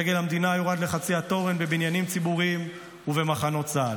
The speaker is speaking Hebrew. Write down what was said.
דגל המדינה יורד לחצי התורן בבניינים ציבוריים ובמחנות צה"ל.